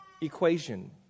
equation